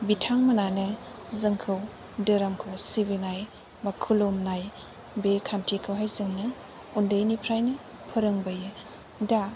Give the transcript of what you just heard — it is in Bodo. बिथांमोनानो जोंखौ धोरोमखौ सिबिनाय बा खुलुमनाय बे खान्थिखौहाय जोंनो उन्दैनिफ्रायनो फोरोंबोयो दा